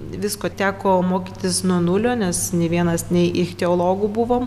visko teko mokytis nuo nulio nes nė vienas nei ichtiologu buvom